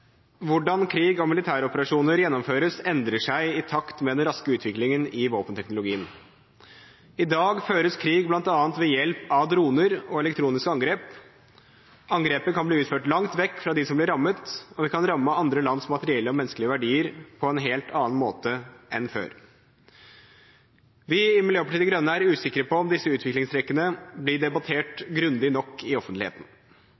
Hvordan krig og militæroperasjoner gjennomføres endrer seg i takt med den raske utviklingen i våpenteknologien. I dag føres krig bl.a. ved hjelp av droner og elektroniske angrep. Angrepet kan bli utført langt vekk fra dem som blir rammet, og det kan ramme andre lands materielle og menneskelige verdier på en helt annen måte enn før. Vi i Miljøpartiet De Grønne er usikre på om disse utviklingstrekkene blir